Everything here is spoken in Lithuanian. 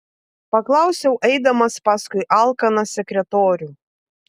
paklausiau eidamas paskui alkaną sekretorių